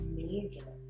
major